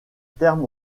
terme